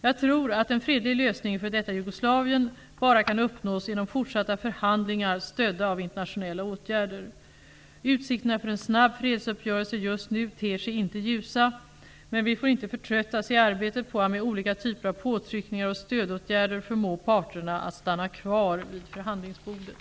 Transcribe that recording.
Jag tror att en fredlig lösning i f.d. Jugoslavien bara kan uppnås genom fortsatta förhandlingar, stödda av internationella åtgärder. Utsikterna för en snabb fredsuppgörelse just nu ter sig inte ljusa, men vi får inte förtröttas i arbetet på att med olika typer av påtryckningar och stödåtgärder förmå parterna att stanna kvar vid förhandlingsbordet.